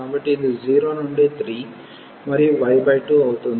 కాబట్టి ఇది 0 నుండి 3 మరియు y2 అవుతుంది